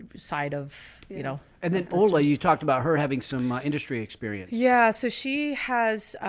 side of, you know, and then ola you talked about her having some industry experience. yeah. so she has,